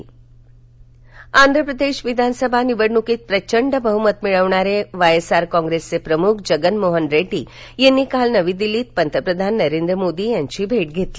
रेडडी मोदी आंध्र प्रदेश विधानसभा निवडणुकीत प्रचंड बहुमत मिळवणारे वाय एस आर काँग्रेसचे प्रमुख जगन मोहन रेड्डी यांनी काल नवी दिल्लीत पंतप्रधान नरेंद्र मोदी यांची भेट घेतली